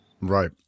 Right